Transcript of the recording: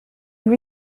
lui